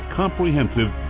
comprehensive